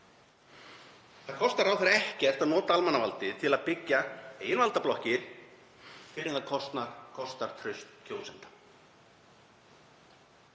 Það kostar ráðherra ekkert að nota almannavaldið til að byggja eigin valdablokkir fyrr en það kostar traust kjósenda.